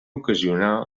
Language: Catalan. ocasionar